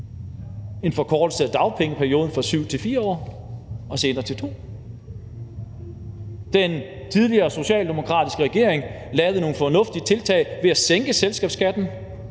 en forkortelse af dagpengeperioden fra 7 til 4 år og senere til 2 år; den tidligere socialdemokratiske regering lavede nogle fornuftige tiltag ved at sænke selskabsskatten,